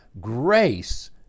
grace